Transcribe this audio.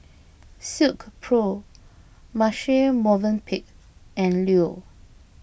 Silkpro Marche Movenpick and Leo